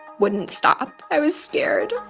wouldn't stop. i was scared